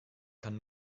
kann